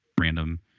random